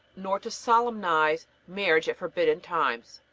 nor to solemnize marriage at forbidden times.